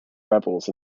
rebels